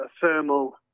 thermal